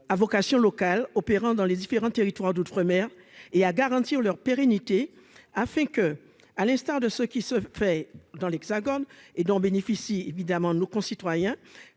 à vocation locale opérant dans les différents territoires d'outre-mer et à garantir leur pérennité afin que, à l'instar de ce qui se fait dans l'Hexagone et dont bénéficie évidemment nos concitoyens